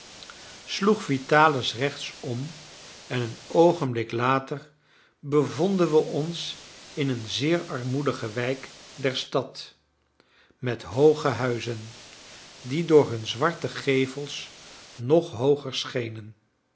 sloeg vitalis rechts om en een oogenblik later bevonden we ons in een zeer armoedige wijk der stad met hooge huizen die door hun zwarte gevels nog hooger schenen